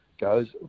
goes